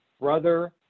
Brother